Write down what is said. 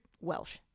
Welsh